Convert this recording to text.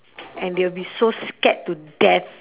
and they'll be so scared to death